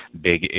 big